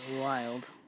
wild